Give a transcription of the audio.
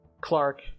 Clark